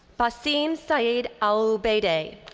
fasim sayed al-baday.